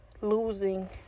losing